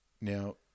Now